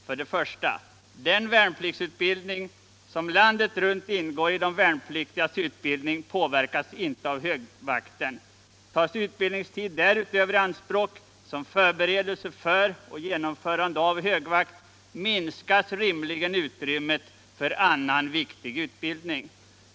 För det första: Den vakttjänstutbildning som landet runt ingår i alla värnpliktigas utbildning påverkas inte av högvakten. Tas utbildningstid därutöver i anspråk som förberedelse för och genomförande av högvakt minskas rimligen utrymmet för annan viktig utbildning.